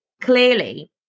clearly